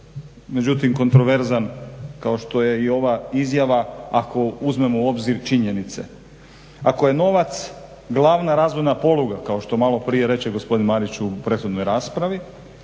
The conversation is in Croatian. međutim, kontroverzan kao što je i ova izjava ako uzmemo u obzir činjenice. Ako je novac glavna razvojna poluga kao što malo prije reče gospodin Marić u prethodnoj raspravi